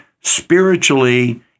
spiritually